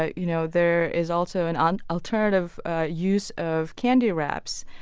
ah you know there is also and an alternative use of candy wraps.